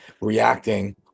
reacting